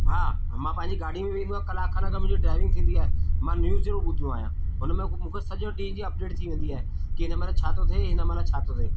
हां मां पंहिंजी गाॾी में वेंदो आहियां कलाक खनि अगरि मुंहिंजी ड्राइविंग थींदी आहे मां न्यूज़ ज़रूरु ॿुधंदो आहियां हुन में मूंखे सॼो ॾींहं जी अपडेट थी वेंदी आहे कि हिन महिल छा थो थिए हिन महिल छा थो थिए